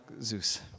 Zeus